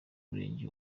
murenge